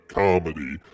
comedy